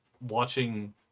watching